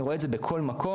אני רואה את זה בכל מקום,